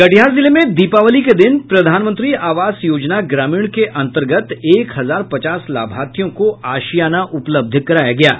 कटिहार जिले में दीपावली के दिन प्रधानमंत्री आवास योजना ग्रामीण के अंतर्गत एक हजार पचास लाभार्थियों को आशियाना उपलब्ध कराया गया है